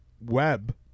web